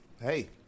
hey